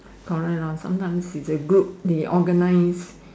correct lor sometimes it's a group they organise